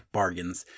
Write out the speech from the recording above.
bargains